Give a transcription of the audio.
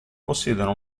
possiedono